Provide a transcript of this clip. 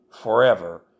forever